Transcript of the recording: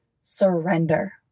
surrender